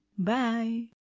Bye